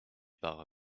par